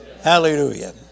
Hallelujah